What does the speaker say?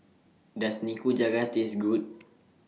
Does Nikujaga Taste Good